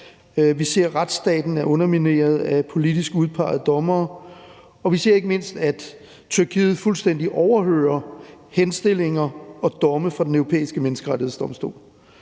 Vi ser, at retsstaten er undermineret af politisk udpegede dommere, og vi ser ikke mindst, at Tyrkiet fuldstændig overhører henstillinger og domme fra Den Europæiske Menneskerettighedsdomstol.